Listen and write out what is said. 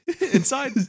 Inside